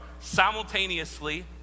simultaneously